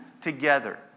together